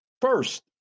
First